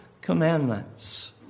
commandments